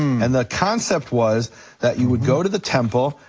and the concept was that you would go to the temple,